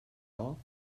all